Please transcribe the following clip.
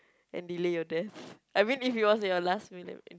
and delay your death I mean if it was your last meal